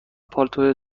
پالتوی